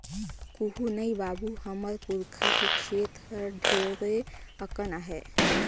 कुहू नइ बाबू, हमर पुरखा के खेत हर ढेरे अकन आहे